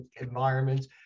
environments